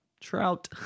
trout